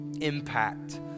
impact